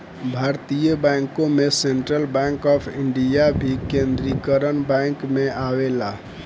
भारतीय बैंकों में सेंट्रल बैंक ऑफ इंडिया भी केन्द्रीकरण बैंक में आवेला